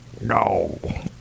No